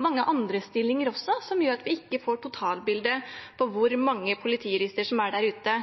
mange andre stillinger, som gjør at vi ikke får totalbildet av hvor mange politijurister som er der ute.